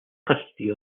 custody